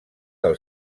del